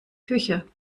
küche